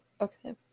okay